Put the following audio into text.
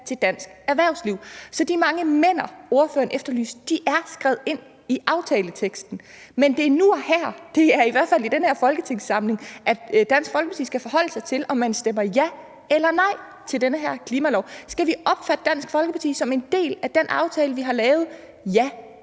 til dansk erhvervsliv. Så de mange men'er, som ordføreren efterlyste, er skrevet ind i aftaleteksten, men det er nu og her – det er i hvert fald i den her folketingssamling – at Dansk Folkeparti skal forholde sig til, om man stemmer ja eller nej til den her klimalov. Skal vi opfatte Dansk Folkeparti som en del af den aftale, vi har lavet –